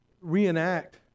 Reenact